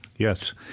Yes